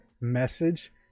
message